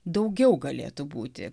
daugiau galėtų būti